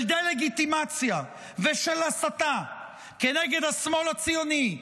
דה-לגיטימציה ושל הסתה כנגד השמאל הציוני,